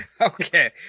Okay